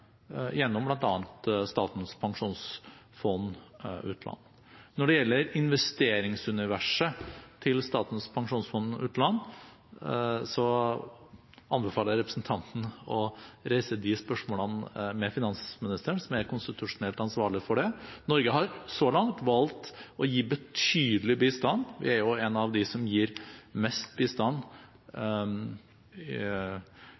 gjennom bl.a. Statens pensjonsfond utland. Når det gjelder investeringsuniverset til Statens pensjonsfond utland, anbefaler jeg representanten å reise de spørsmålene til finansministeren, som er konstitusjonelt ansvarlig for det. Norge har så langt valgt å gi betydelig bistand – vi er jo en av dem som gir best bistand